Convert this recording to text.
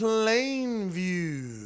Plainview